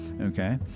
okay